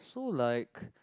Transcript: so like